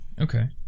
Okay